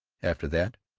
after that,